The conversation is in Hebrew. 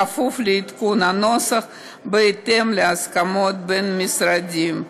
בכפוף לעדכון הנוסח בהתאם להסכמות בין המשרדים,